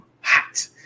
hot